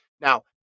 Now